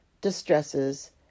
distresses